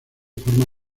forma